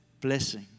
Blessing